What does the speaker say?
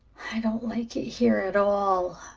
i don't like it here at all.